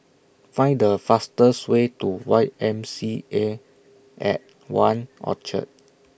Find The fastest Way to Y M C A At one Orchard